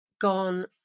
gone